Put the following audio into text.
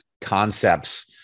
concepts